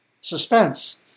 Suspense